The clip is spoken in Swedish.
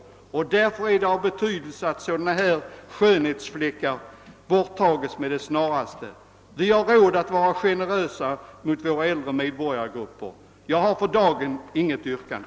Därför är det av betydelse att sådana här skönhetsfläckar med det snaraste borttages. Vi har råd att vara generösa mot våra äldre medborgargrupper. Jag har för dagen inget yrkande.